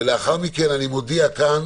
ולאחר מכן אני מודיע כאן